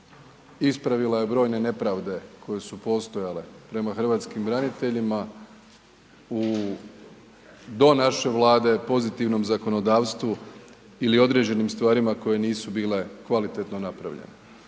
Ispravila je brojne nepravde koje su postojale prema hrvatskim braniteljima u do naše Vlade pozitivnom zakonodavstvu ili određenim stvarima koje nisu bile kvalitetno napravljene.